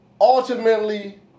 Ultimately